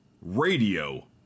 Radio